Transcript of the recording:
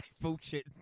Bullshit